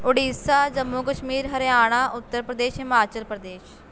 Orissa Jammu Kashmir Haryana Uttar Pradesh Himachal Pradesh